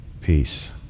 peace